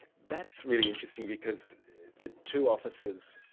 that's really interesting, because the two officers,